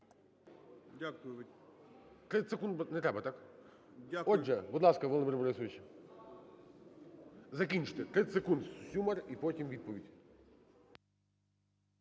30 секунд не треба, так? Отже, будь ласка, Володимире Борисовичу. Закінчуйте, 30 секунд, Сюмар. І потім відповідь.